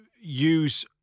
use